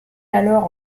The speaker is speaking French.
alors